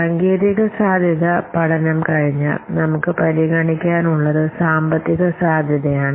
സാങ്കേതിക സാധ്യത പഠനം കഴിഞ്ഞാൽ നമുക്ക് പരിഗണിക്കാൻ ഉള്ളത് സാമ്പത്തിക സാധ്യത ആണ്